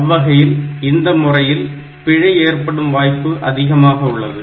அவ்வகையில் இந்த முறையில் பிழை ஏற்படும் வாய்ப்பு அதிகமாக உள்ளது